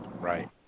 Right